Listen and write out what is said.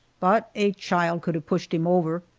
but a child could have pushed him over.